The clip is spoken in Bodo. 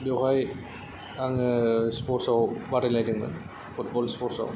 बेवहाय आङो स्पर्टसआव बादायलायदोंमोन फुटबल स्पर्ट्सआव